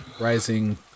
rising